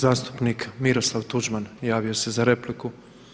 Zastupnik Miroslav Tuđman javio se za repliku.